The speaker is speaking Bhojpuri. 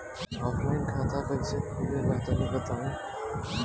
ऑफलाइन खाता कइसे खुले ला तनि बताई?